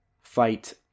fight